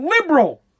liberal